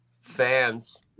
fans